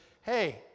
hey